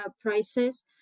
prices